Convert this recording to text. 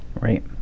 Right